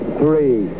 three